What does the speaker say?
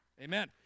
Amen